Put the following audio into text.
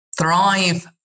thrive